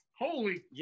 Holy